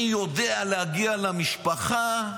אני יודע להגיע למשפחה.